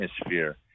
atmosphere